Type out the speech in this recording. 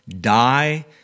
die